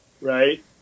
right